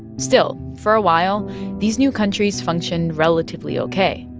still, for a while these new countries functioned relatively ok.